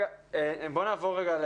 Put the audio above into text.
בואו נעבור רגע,